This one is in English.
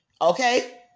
Okay